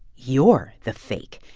you're the fake.